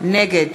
נגד